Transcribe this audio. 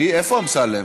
איפה אמסלם?